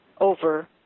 over